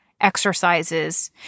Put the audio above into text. exercises